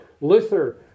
Luther